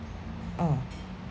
mm